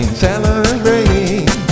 celebrating